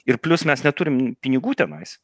ir plius mes neturim pinigų tenais